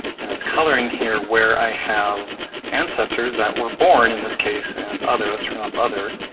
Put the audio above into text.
and it's coloring here where i have ancestors that were born, in this case, and other. let's turn off other.